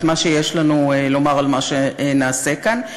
את מה שיש לנו לומר על מה שנעשה כאן.